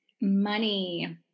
Money